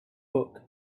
book